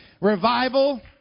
Revival